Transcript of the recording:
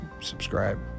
Subscribe